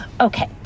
Okay